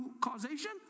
causation